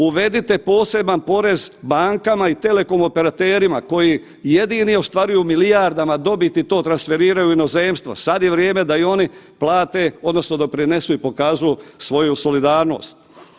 Uvedite poseban porez bankama i telekom operaterima koji jedini ostvaruju u milijardama dobit i to transferiraju u inozemstvo, sad je vrijeme da i oni plate, odnosno doprinesu i pokažu svoju solidarnost.